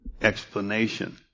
explanation